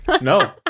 No